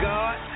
God